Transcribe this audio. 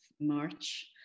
March